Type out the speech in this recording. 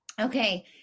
Okay